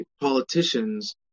politicians